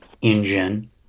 engine